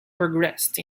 progressed